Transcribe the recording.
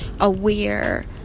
aware